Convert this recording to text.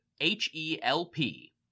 H-E-L-P